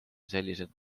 selliselt